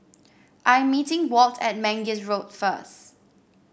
I am meeting Walt at Mangis Road first